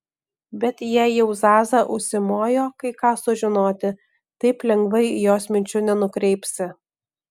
bet jei jau zaza užsimojo kai ką sužinoti taip lengvai jos minčių nenukreipsi